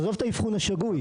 עזוב את האבחון השגוי.